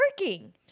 working